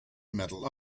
medal